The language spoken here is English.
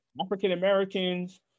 African-Americans